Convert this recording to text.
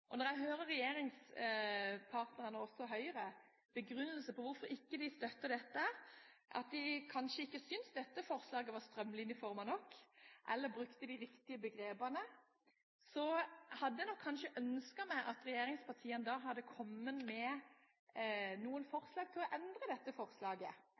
Når jeg hører regjeringspartnernes – og også Høyres – begrunnelse for hvorfor de ikke støtter dette, at de ikke synes dette forslaget var strømlinjeformet nok eller brukte de riktige begrepene, hadde jeg nok kanskje ønsket at regjeringspartiene da hadde kommet med noen forslag til å endre dette forslaget, hvis det var et par ord i forslaget